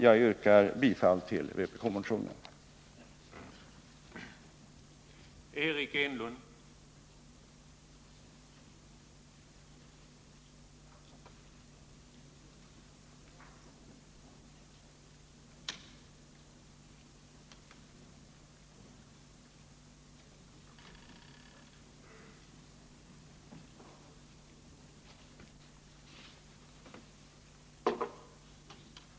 Jag yrkar bifall till vpk-motionerna 2066 och 2079, såväl i de delar vilka behandlats i finansutskottets betänkande nr 40 som i de delar vilka behandlats i skatteutskottets betänkande nr 62.